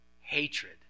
hatred